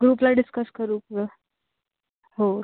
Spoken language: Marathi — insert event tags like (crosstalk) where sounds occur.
ग्रुपला डिस्कस करू (unintelligible) हो